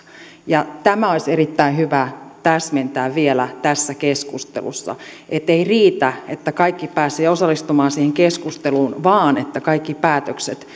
tämä olisi erittäin hyvä täsmentää vielä tässä keskustelussa ettei riitä että kaikki pääsevät osallistumaan siihen keskusteluun vaan että kaikki päätökset